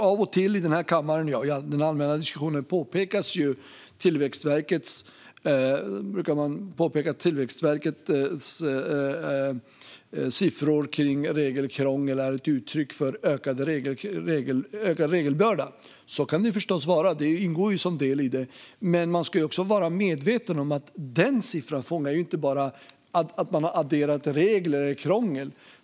Av och till lyfts här i kammaren och i den allmänna diskussionen Tillväxtverkets siffror om regelkrångel fram som ett uttryck för en ökad regelbörda. Så kan det förstås ligga till. Det ingår ju som en del i det. Man ska dock också vara medveten om att denna siffra inte bara fångar upp ett adderat krångel med regler.